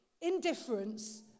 indifference